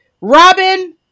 Robin